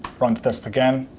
run the test again.